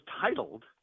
titled